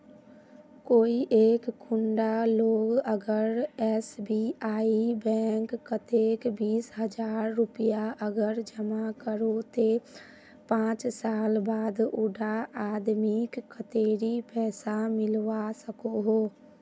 कोई एक कुंडा लोग अगर एस.बी.आई बैंक कतेक बीस हजार रुपया अगर जमा करो ते पाँच साल बाद उडा आदमीक कतेरी पैसा मिलवा सकोहो?